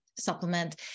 Supplement